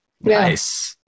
Nice